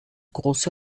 große